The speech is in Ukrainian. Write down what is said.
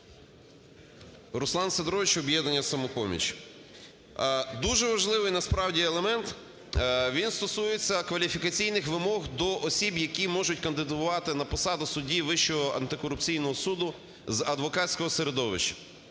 Руслан Сидорович, "Об'єднання "Самопоміч". Дуже важливий насправді елемент. Він стосується кваліфікаційних вимог до осіб, які можуть кандидувати на посаду судді Вищого антикорупційного суду з адвокатського середовища.